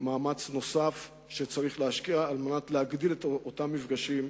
מאמץ נוסף כדי להגדיל את מספר המפגשים,